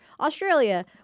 Australia